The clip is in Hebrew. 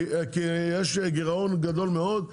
כי יש גירעון גדול מאוד,